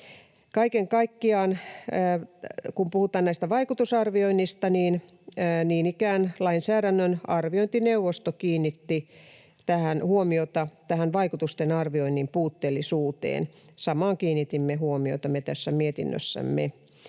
kun puhutaan näistä vaikutusarvioinneista, niin ikään lainsäädännön arviointineuvosto kiinnitti huomiota tähän vaikutusten arvioinnin puutteellisuuteen. Samaan kiinnitimme huomiota me tässä mietinnössämme.